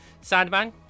Sandman